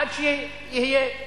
עד שיהיה.